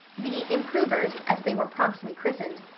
the improvers, as they were promptly christened,